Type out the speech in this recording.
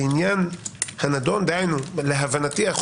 להבנתי,